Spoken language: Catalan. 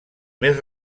més